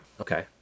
Okay